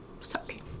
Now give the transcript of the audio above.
sorry